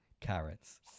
Carrots